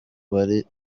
bari